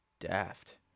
daft